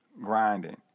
grinding